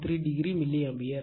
13 o milli ampere